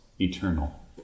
eternal